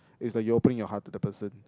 is that you open your heart to the person